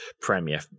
premiere